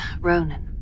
Ronan